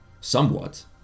somewhat